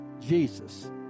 Jesus